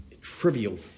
trivial